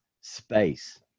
space